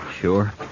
Sure